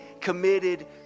committed